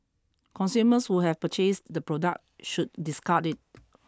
consumers who have purchased the product should discard it